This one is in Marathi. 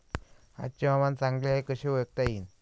आजचे हवामान चांगले हाये हे कसे ओळखता येईन?